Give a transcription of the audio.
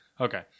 Okay